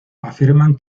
afirman